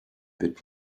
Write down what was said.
bit